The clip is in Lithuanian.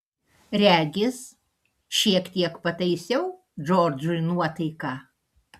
regis šiek tiek pataisiau džordžui nuotaiką